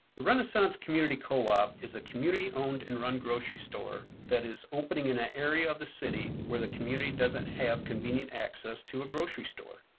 the renaissance community co-op is a community-owned and run grocery store that is opening in an area of the city where the community doesn't have convenient access to a grocery store.